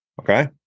Okay